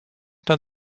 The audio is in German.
dann